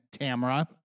Tamra